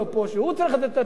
כי הוא צריך לתת את התשובות,